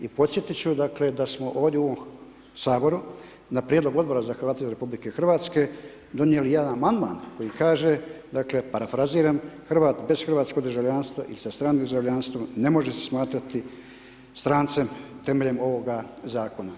I podsjetiti ću dakle da smo ovdje u ovom Saboru na prijedlog Odbora za Hrvate iz RH donijeli jedan amandman koji kaže dakle parafraziram, Hrvat bez hrvatskog državljanstva i sa stranim državljanstvom ne može se smatrati strancem temeljem ovoga zakona.